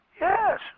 Yes